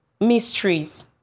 mysteries